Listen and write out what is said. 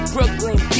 Brooklyn